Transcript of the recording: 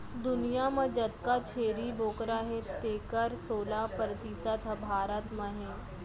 दुनियां म जतका छेरी बोकरा हें तेकर सोला परतिसत ह भारत म हे